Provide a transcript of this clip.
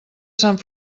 sant